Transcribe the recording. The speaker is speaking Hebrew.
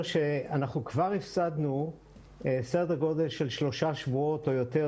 כבר הפסדנו סדר גודל של שלושה שבועות או יותר,